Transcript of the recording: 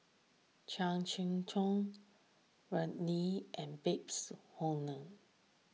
Chan Sek Keong Andrew Lee and Babes Conde